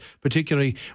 particularly